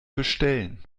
bestellen